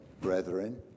brethren